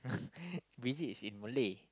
biji is in Malay